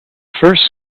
first